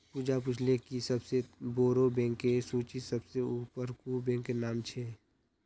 पूजा पूछले कि सबसे बोड़ो बैंकेर सूचीत सबसे ऊपर कुं बैंकेर नाम छे